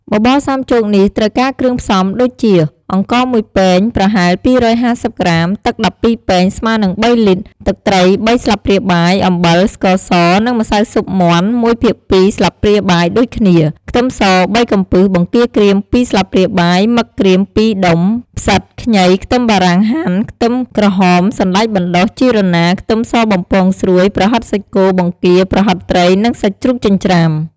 បបរសាមចូកនេះត្រូវការគ្រឿងផ្សំដូចជា អង្ករ ១ ពែង ប្រហែល ២៥០ ក្រាម ទឹក ១២ ពែង ស្មើនឹង ៣ លីត្រ ទឹកត្រី ៣ ស្លាបព្រាបាយ អំបិល ស្ករស និងម្សៅស៊ុបមាន់ ១ភាគ២ ស្លាបព្រាបាយដូចគ្នា ខ្ទឹមស ៣ កំពឹស បង្គាក្រៀម ២ ស្លាបព្រាបាយ មឹកក្រៀម ២ ដុំ ផ្សិត ខ្ញី ខ្ទឹមបារាំងហាន់ ខ្ទឹមក្រហម សណ្ដែកបណ្ដុះ ជីរណារ ខ្ទឹមសបំពងស្រួយ ប្រហិតសាច់គោ បង្គា ប្រហិតត្រី និង សាច់ជ្រូកចិញ្ច្រាំ ។